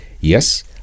yes